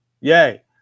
Yay